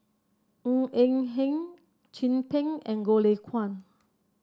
Ng Eng Hen Chin Peng and Goh Lay Kuan